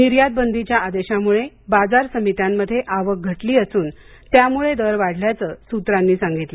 निर्यात बंदीच्या आदेशामुळे बाजार समित्यांमध्ये आवक घटली असून त्यामुळे दर वाढल्याचं सूत्रांनी सांगितलं